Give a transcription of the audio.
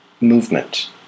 movement